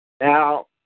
Now